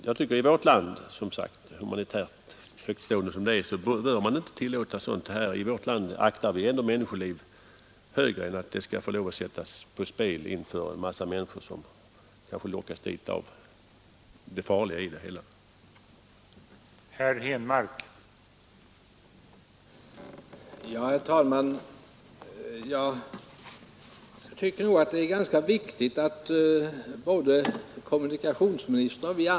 Jag tycker inte att man i vårt land — humanitärt högtstående som det är — bör tillåta sådant här. I vårt land aktar vi ändå människoliv högre än att de skall få lov att sättas på spel inför en massa människor som kanske lockats till tävlingarna just av faromomentet.